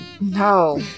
No